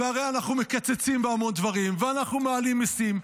והרי אנחנו מקצצים בהמון דברים ואנחנו מעלים מיסים,